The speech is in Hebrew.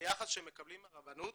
שהיחס שהם מקבלים מהרבנות